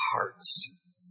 hearts